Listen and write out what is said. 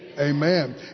Amen